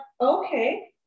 okay